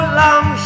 long